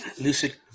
Lucid